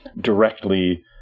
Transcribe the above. directly